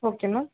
okay ma'am